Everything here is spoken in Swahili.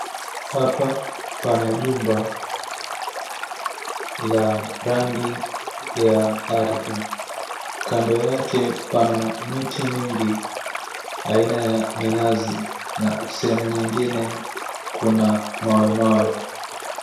Hapa pana jumba la rangi ya ardhi, kando yake pana miti mingi aina ya minazi na sehemu nyingine kuna mawe mawe.